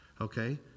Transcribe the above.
Okay